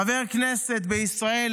חבר כנסת בישראל,